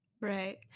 Right